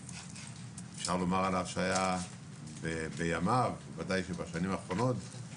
ואפשר לומר עליו שבימיו, ודאי בשנים האחרונות בהן